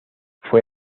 fue